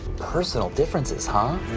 personal differences, huh?